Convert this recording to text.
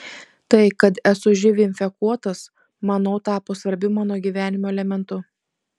tai kad esu živ infekuotas manau tapo svarbiu mano gyvenimo elementu